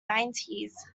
nineties